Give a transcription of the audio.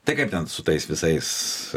tai kaip ten su tais visais